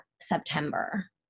September